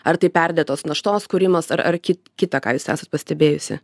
ar tai perdėtos naštos kūrimas ar ar ki kita ką jūs esat pastebėjusi